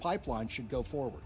pipeline should go forward